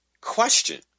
question